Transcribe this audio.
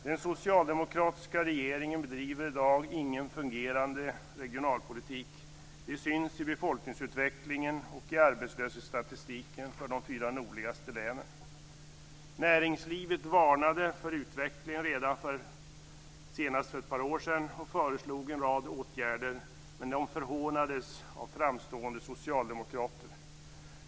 Den socialdemokratiska regeringen bedriver i dag ingen fungerande regionalpolitik. Det syns i befolkningsutvecklingen och i arbetslöshetsstatistiken för de fyra nordligaste länen. Näringslivet varnade för utvecklingen senast för ett par år sedan och föreslog en rad åtgärder. Men de förhånades av framstående socialdemokrater.